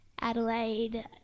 Adelaide